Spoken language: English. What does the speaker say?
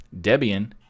Debian